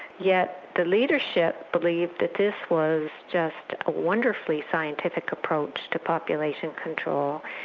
yet the leadership believed that this was just a wonderfully scientific approach to population control,